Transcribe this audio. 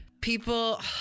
People